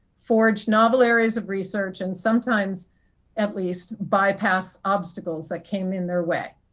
forge novel areas of research and sometimes at least bypass obstacles that came in their way.